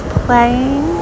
playing